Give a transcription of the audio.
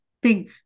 big